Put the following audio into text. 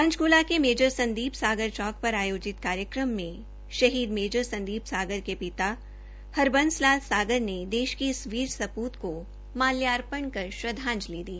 पंचकूला के मे र संदीप सागर चौक पर आयो ित कार्यक्रम में शहीद संदीप सारगर के पिता हरबंस लाल सागर ने देश की इस वीर स्प्रत माल्यार्पण कर श्रद्धांध लि दी